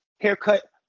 haircut